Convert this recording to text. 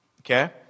okay